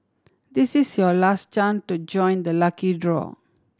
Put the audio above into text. this is your last chance to join the lucky draw